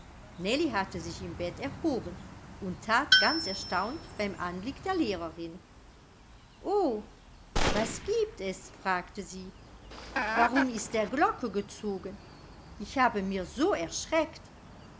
hatte sich im bett erhoben und that ganz erstaunt beim anblick der lehrerin o was giebt es fragte sie warum ist der glocke gezogen ich habe mir so erschreckt